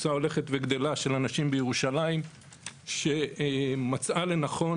קבוצה הולכת וגדלה של אנשים בירושלים שמצאה לנכון